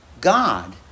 God